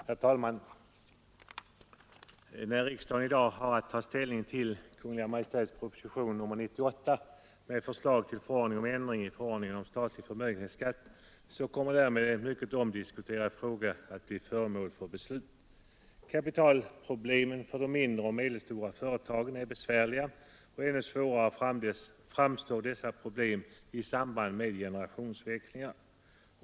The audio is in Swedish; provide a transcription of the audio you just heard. Herr talman! När riksdagen i dag har att ta ställning till Kungl. Maj:ts proposition nr 98 med förslag till förordning om ändring i förordningen om statlig förmögenhetsskatt, så kommer därmed en mycket omdiskuterad fråga att bli föremål för beslut. Kapitalproblemen för de mindre och medelstora företagen är besvärliga, och ännu svårare framstår dessa problem i samband med generationsväxlingar.